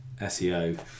SEO